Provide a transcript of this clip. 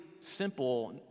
simple